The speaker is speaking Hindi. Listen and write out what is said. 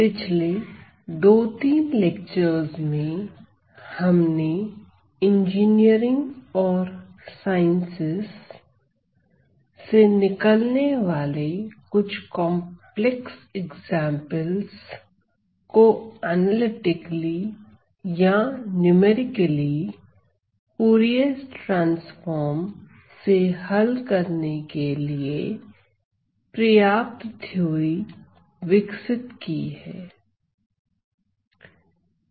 पिछले दो तीन लेक्चरस में हमने इंजीनियरिंग और साइंसेस से निकलने वाले कुछ कॉम्प्लेक्स एग्जांपल को एनालिटिकली या numerically Fourier transform numerically Fourier transform से हल करने के लिए पर्याप्त थ्योरी विकसित की है